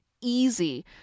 easy